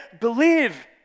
believe